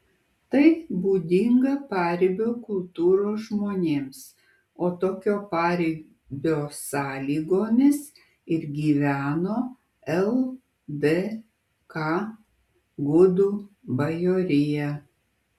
tai būdinga paribio kultūros žmonėms o tokio paribio sąlygomis ir gyveno ldk gudų bajorija